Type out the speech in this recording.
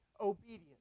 Obedience